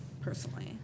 personally